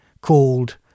called